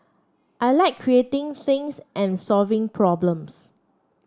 I like creating things and solving problems